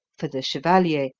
for the chevalier,